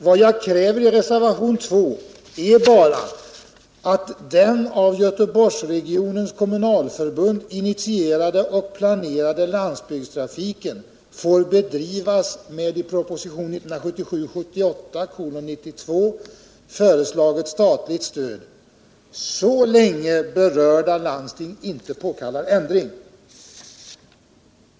Vad jag kräver i reservationen 2 är bara att den av Göteborgsregionens kommunalförbund initierade och planerade landsbygdstrafiken får bedrivas med i proposition 1977/78:92 föreslaget statligt stöd så länge berörda landsting inte påkallar ändring.